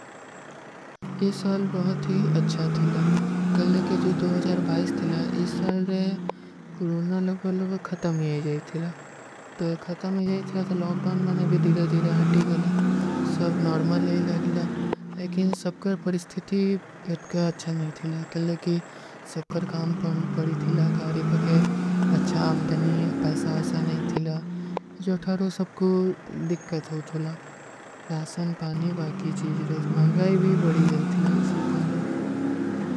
ଇସ ସାଲ ବହୁତ ହୀ ଅଚ୍ଛା ଥିଲା, କଲେ କି ଜୋ ଥିଲା, ଇସ ସାଲ ରେ କୁରୁନା ଲଗବଲୋଗ ଖତମ ହୀ ଆଈ ଜାଈ ଥିଲା। ତୋ ଖତମ ହୀ ଆଈ ଜାଈ ଥିଲା, ତୋ ଲୋଗଡାଉନ ମେଂନେ ଭୀ ଧୀରହ ଧୀରହ ହଟୀ ଗଳା, ସବ ନର୍ମଲ ଆଈ ଲାଗିଲା। ଲେକିନ ସବକର ପରିସ୍ଥିତୀ କ୍ଯା ଅଚ୍ଛା ନହୀଂ ଥିଲା, କଲେ କି ସବକର କାମ ପଡୀ ଥିଲା, କାରୀ ପକେ ଅଚ୍ଛା, ଅମ୍ଦନୀ, ପୈସା ଅଚ୍ଛା ନହୀଂ ଥିଲା, ଜୋ ଥାରୋଂ ସବକୋ ଦିକ୍କତ ହୋ ଥୁଲା, ରାସନ, ପାନୀ, ବାକୀ ଚୀଜରେ, ମହଂଗାଈ ଭୀ ବଡୀ ଜାଈ ଥିଲା ଇସ ଅଚ୍ଛା ମେଂ ଇସ ବାତ କୀ ଗଚ୍ଚି କନନେ।